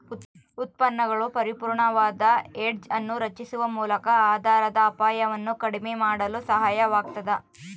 ಉತ್ಪನ್ನಗಳು ಪರಿಪೂರ್ಣವಾದ ಹೆಡ್ಜ್ ಅನ್ನು ರಚಿಸುವ ಮೂಲಕ ಆಧಾರದ ಅಪಾಯವನ್ನು ಕಡಿಮೆ ಮಾಡಲು ಸಹಾಯವಾಗತದ